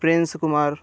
Prince Kumar